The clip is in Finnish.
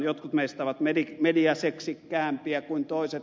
jotkut meistä ovat mediaseksikkäämpiä kuin toiset